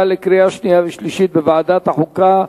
לקריאה שנייה ולקריאה שלישית בוועדת החוקה,